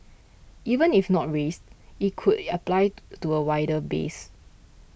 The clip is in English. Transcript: even if not raised it could apply to a wider base